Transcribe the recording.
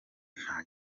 nta